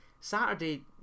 Saturday